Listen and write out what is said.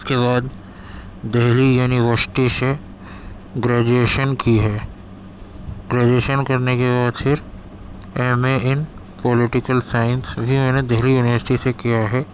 اس کے بعد دہلی یونیورسٹی سے گریجویشن کی ہے گریجویشن کرنے كے بعد پھر M A in political science بھى ميں نے دہلی یونیورسٹی سے کیا ہے